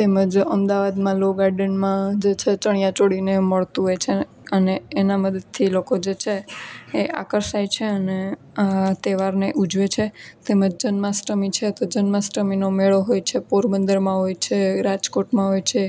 તેમજ અમદાવાદમાં લૉ ગાર્ડનમાં જે છે એ ચણિયાચોળીને મળતું હોય છે અને એના મદદથી લોકો જે છે એ આકર્ષાય છે અને તહેવારને ઉજવે છે તેમજ જન્માષ્ટમી છે તો જન્માષ્ટમીનો મેળો હોય છે પોરબંદરમાં હોય છે રાજકોટમાં હોય છે